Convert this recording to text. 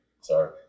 Sorry